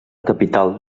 capital